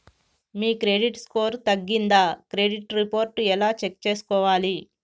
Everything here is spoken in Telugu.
మీ క్రెడిట్ స్కోర్ తగ్గిందా క్రెడిట్ రిపోర్ట్ ఎలా చెక్ చేసుకోవాలి?